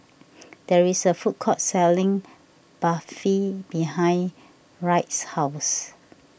there is a food court selling Barfi behind Wright's house